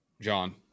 John